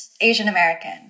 Asian-American